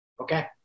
okay